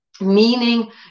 Meaning